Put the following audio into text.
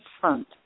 front